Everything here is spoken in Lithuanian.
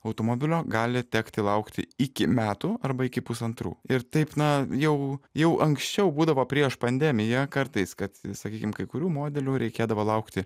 automobilio gali tekti laukti iki metų arba iki pusantrų ir taip na jau jau anksčiau būdavo prieš pandemiją kartais kad sakykim kai kurių modelių reikėdavo laukti